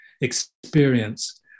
experience